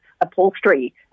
upholstery